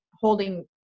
holding